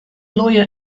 lawyer